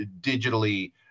digitally